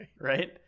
Right